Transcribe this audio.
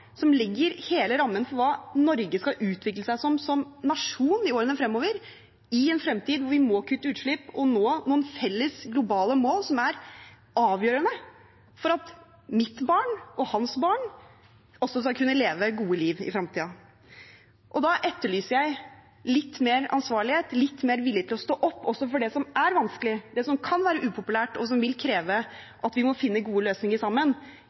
hva Norge som nasjon skal utvikle seg som i årene fremover, i en fremtid hvor vi må kutte utslipp og nå noen felles globale mål som er avgjørende for at mitt barn og hans barn skal kunne leve et godt liv. Da etterlyser jeg litt mer ansvarlighet, litt mer vilje til å stå opp også for det som er vanskelig, det som kan være upopulært, og som vil kreve at vi må finne gode løsninger sammen,